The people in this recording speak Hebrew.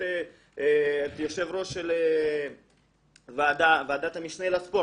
יושב-ראש ועדת המשנה לספורט,